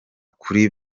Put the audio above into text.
kuri